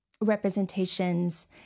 representations